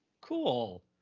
cool